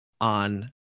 on